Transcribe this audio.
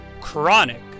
Chronic